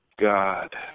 God